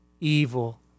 evil